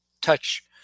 touch